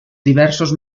diversos